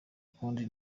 ukundi